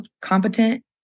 competent